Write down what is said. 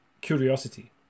curiosity